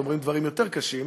אומרים דברים יותר קשים,